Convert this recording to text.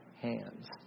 hands